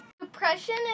Depression